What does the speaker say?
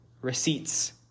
receipts